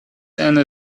eine